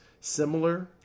similar